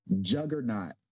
Juggernaut